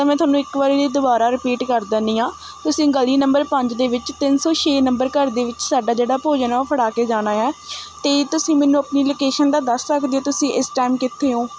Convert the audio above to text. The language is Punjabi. ਤਾਂ ਮੈਂ ਤੁਹਾਨੂੰ ਇੱਕ ਵਾਰੀ ਦੁਬਾਰਾ ਰੀਪੀਟ ਕਰ ਦਿੰਦੀ ਹਾਂ ਤੁਸੀਂ ਗਲੀ ਨੰਬਰ ਪੰਜ ਦੇ ਵਿੱਚ ਤਿੰਨ ਸੌ ਛੇ ਨੰਬਰ ਘਰ ਦੇ ਵਿੱਚ ਸਾਡਾ ਜਿਹੜਾ ਭੋਜਨ ਆ ਉਹ ਫੜਾ ਕੇ ਜਾਣਾ ਹੈ ਅਤੇ ਤੁਸੀਂ ਮੈਨੂੰ ਆਪਣੀ ਲੌਕੇਸ਼ਨ ਦਾ ਦੱਸ ਸਕਦੇ ਹੋ ਤੁਸੀਂ ਇਸ ਟਾਈਮ ਕਿੱਥੇ ਹੋ